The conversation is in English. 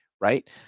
right